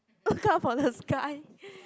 look up for the sky